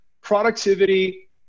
productivity